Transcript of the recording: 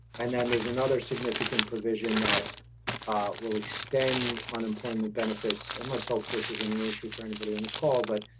and then there's another significant provision that will extend unemployment benefits. and let's hope this isn't an issue for anybody in this call. but,